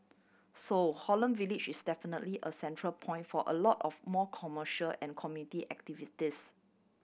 so Holland Village is definitely a central point for a lot of more commercial and community activities